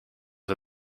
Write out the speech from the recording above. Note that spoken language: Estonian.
see